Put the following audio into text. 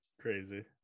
Crazy